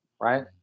right